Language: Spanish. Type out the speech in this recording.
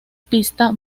pista